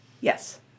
Yes